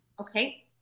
okay